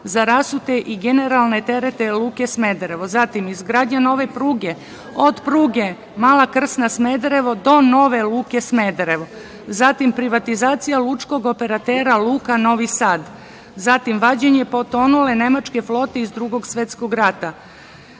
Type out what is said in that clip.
za rasute i generalne terete luke Smederevo. Zatim, izgradnja nove pruge od pruge Mala Krsna-Smederevo do nove luke Smederevo. Zatim, privatizacija lučkog operatera luka Novi Sad. Zatim, vađenje potonule nemačke flote iz Drugog svetskog rata,